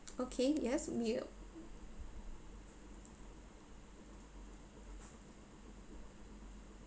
okay yes